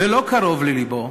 ולא קרוב ללבו,